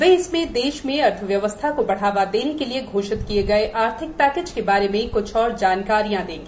वे इसमें देश में अर्थव्यवस्था को बढ़ावा देने के लिए घोषित किये गए आर्थिक पैकेज के बारे में क्छ और जानकारियां देंगी